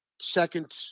second